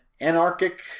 anarchic